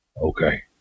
Okay